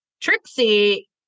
Trixie